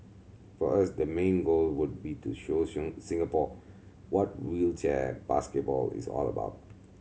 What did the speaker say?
for us the main goal would be to show Singapore what wheelchair basketball is all about